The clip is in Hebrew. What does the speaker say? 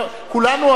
כולנו,